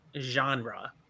genre